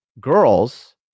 girls